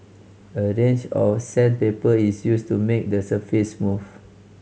a range of sandpaper is used to make the surface smooth